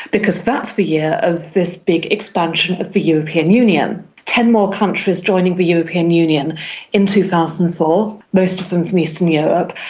because that's the year of this big expansion of the european union, ten more countries joining the european union in two thousand and four, most of them from eastern europe.